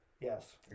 yes